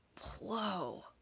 whoa